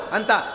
Anta